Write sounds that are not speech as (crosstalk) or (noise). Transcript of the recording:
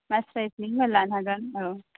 मास्रायसनि (unintelligible) लानो हागोन औ